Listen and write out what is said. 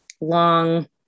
long